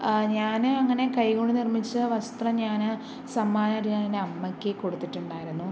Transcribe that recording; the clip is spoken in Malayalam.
ഞാൻ അങ്ങനെ കൈകൊണ്ട് നിർമ്മിച്ച വസ്ത്രം ഞാൻ സമ്മാനമായിട്ട് ഞാനെൻ്റെ അമ്മയ്ക്ക് കൊടുത്തിട്ടുണ്ടായിരുന്നു